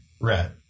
Red